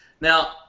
Now